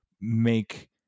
make